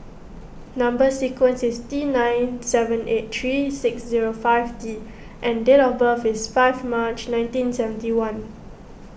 Number Sequence is T nine seven eight three six zero five T and date of birth is five March nineteen seventy one